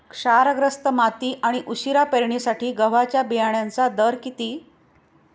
क्षारग्रस्त माती आणि उशिरा पेरणीसाठी गव्हाच्या बियाण्यांचा दर किती?